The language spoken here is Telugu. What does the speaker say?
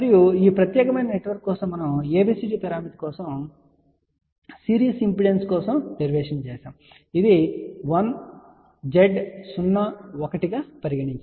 మరియు ఈ ప్రత్యేకమైన నెట్వర్క్ కోసం మనము ABCD పారామితి కోసం సిరీస్ ఇంపిడెన్స్ కోసం డెరివేషన్ చేసాము ఇది 1 Z 0 1 గా పరిగణించబడింది